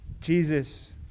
Jesus